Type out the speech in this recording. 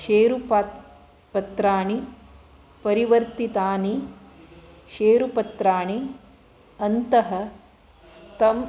शेरुप पत्राणि परिवर्तितानि शेरुपत्राणि अन्तःस्थं